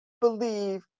believe